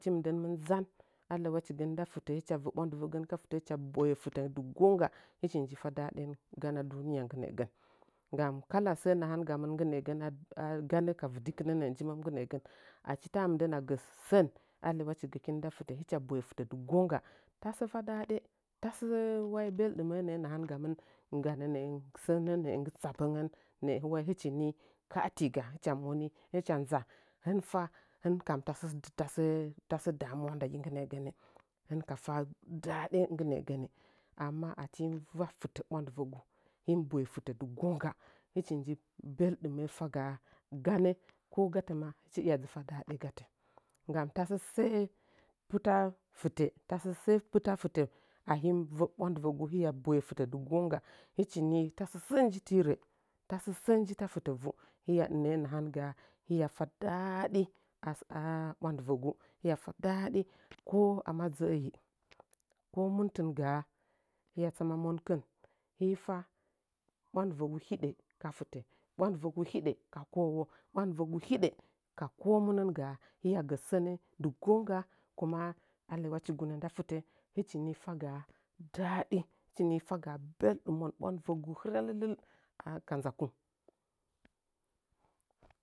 Achi mɨndən mɨ nzan alyaula chigən nda fɨtə, hɨcha və ɓuwandivəgən ka fɨtə, hɨcha boye fɨtə di gongga hɨchi nji fa daɗi ganə aduniya nggi nə’ə gə nggan kala səə nahangautin nggi nə’əgən, adun gənə ka avidikinə nə’ə nggi njimən nggi nə’əgən achi ta mɨndən na gə sən alyawa chigəkin nda fɨtə hɨcha boye fɨtə dɨ gongga tabə fa daaɗe tasə wai belduməə nə’ə nahan ganin ningyanə sənə nə’ə nggi tsapəngən wai hɨchini ka atiga “hɨcha moni – hɨcha nza hɨnfa hin kam tasə-tasə damuwa ndagi nggi nə’əgənnɨ hɨn ka fe dade nggi nə’a’ga’nni, anma achi him va fɨtə ɓwandɨvəgu him bəye fitə dɨ gongga hɨchi nji bel ɗuməə fagaa ganə ko gatə ma hiya dzi fa dadi gatə ngganm tasə səə pɨta fɨtə, tasə səə pɨta fɨtə ahini və ɓwanɗvəgu hiya boye fɨtə di gongga hɨchini tasə səə nji ti rə tasə səə nji ta fitə vu “hiya – nə’ə nahangaa” hiya fa daaɗi “asɨk – a ɓwandɨvəgu, hiya fa daaɗi ko ama dəə’əi ko mun tɨn gaa hiya tsama monkɨn bifah ɓwandɨvəgu hidə ka fɨtə ɓwandɨvəgu hidə ka kowo ɓwandɨvəgu hidə ka konnu nə’ə gaa hiya gə sənə dɨ gonggo kuma alyawachigun nda fɨtə hɨchini fagaa daadi, hɨchi nii fagaa belɗumon ɓwandɨvəgu hɨry alɨllil “a-ka nzakung.